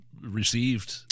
received